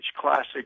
classic